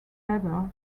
webber